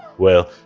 well,